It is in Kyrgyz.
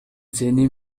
сени